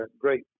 great